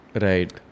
Right